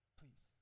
please